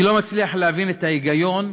אני לא מצליח להבין את ההיגיון,